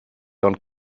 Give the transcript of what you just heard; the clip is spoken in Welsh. ond